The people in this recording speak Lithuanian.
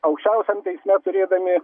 aukščiausiam teisme turėdami